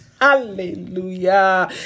Hallelujah